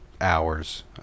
hours